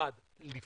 אחת עם